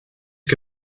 que